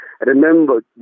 Remember